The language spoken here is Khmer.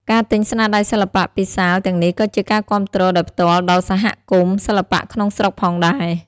ការទិញស្នាដៃសិល្បៈពីសាលទាំងនេះក៏ជាការគាំទ្រដោយផ្ទាល់ដល់សហគមន៍សិល្បៈក្នុងស្រុកផងដែរ។